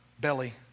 belly